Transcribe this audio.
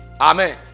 Amen